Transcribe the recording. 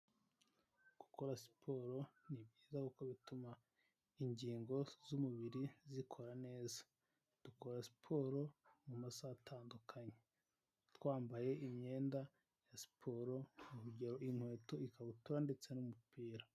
Gukora siporo ni byiza kuko bituma ingingo z'umubiri zikora neza. Dukora siporo mu masaha atandukanye twambaye imyenda ya siporo, urugero: inkweto, ikabutura ndetse n'umupira.